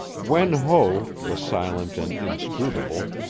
wen ho, the silent and inscrutable,